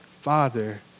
Father